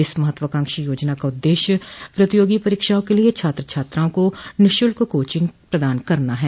इस महत्वाकांक्षी योजना का उद्देश्य प्रतियोगी परीक्षाओं के लिये छात्र छात्राओं को निःशुल्क कोचिंग प्रदान करना है